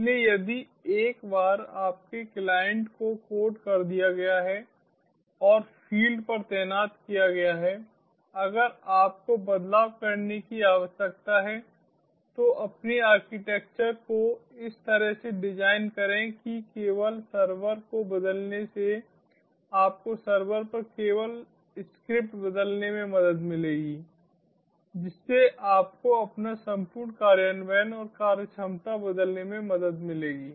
इसलिए यदि एक बार आपके क्लाइंट को कोड कर दिया गया है और फील्ड पर तैनात किया गया है अगर आपको बदलाव करने की आवश्यकता है तो अपनी आर्किटेक्चर को इस तरह से डिज़ाइन करें कि केवल सर्वर को बदलने से आपको सर्वर पर केवल स्क्रिप्ट बदलने में मदद मिलेगी जिससे आपको अपना संपूर्ण कार्यान्वयन और कार्यक्षमता बदलने में मदद मिलेगी